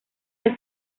que